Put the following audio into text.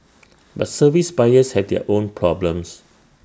but service buyers have their own problems